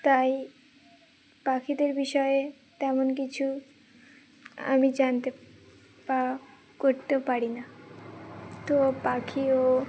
তাই পাখিদের বিষয়ে তেমন কিছু আমি জানতে বা করতেও পারি না তো পাখিও